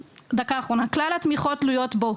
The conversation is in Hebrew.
כלל התמיכות תלויות בו.